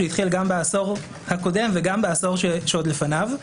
שהתחיל גם בעשור הקודם וגם בעשור שעוד לפניו.